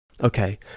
okay